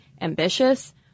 ambitious